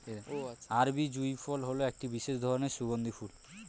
আরবি জুঁই ফুল একটি বিশেষ ধরনের সুগন্ধি ফুল